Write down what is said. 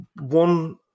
One